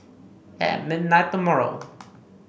at midnight tomorrow